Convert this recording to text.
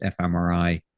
fMRI